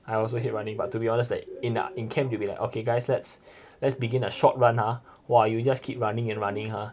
I also hate running but to be honest like in camp they'll be like okay guys let's let's begin a short run ah !wah! you just keep running and running !huh!